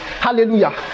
Hallelujah